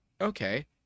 Okay